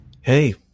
Hey